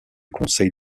conseil